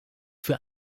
für